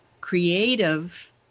creative